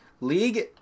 League